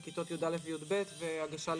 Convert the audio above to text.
בכיתות י"א וי"ב והגשה לבגרות.